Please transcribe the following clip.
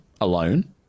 alone